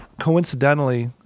coincidentally